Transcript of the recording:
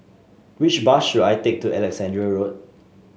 which bus should I take to Alexandra Road